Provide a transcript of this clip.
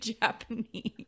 Japanese